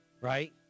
right